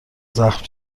زخم